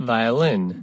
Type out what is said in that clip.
Violin